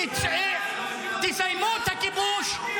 תסיימו את הכיבוש,